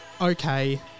okay